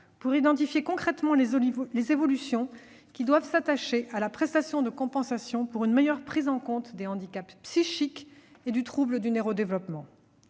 pour identifier concrètement les évolutions qui doivent s'attacher à la prestation de compensation du handicap pour une meilleure prise en compte des handicaps psychiques et du trouble du neuro-développement.